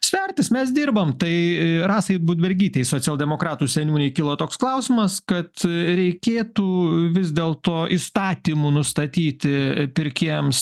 svertis mes dirbam tai rasai budbergytei socialdemokratų seniūnei kilo toks klausimas kad reikėtų vis dėlto įstatymu nustatyti pirkėjams